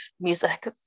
music